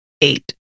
eight